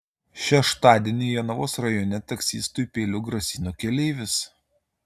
šeštadienį jonavos rajone taksistui peiliu grasino keleivis